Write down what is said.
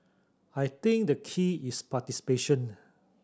I think the key is participation